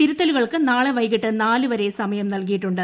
തിരുത്തലുകൾക്ക് നാളെ വൈകിട്ട് നാലുവരെ സമയം നൽകിയിട്ടുണ്ട്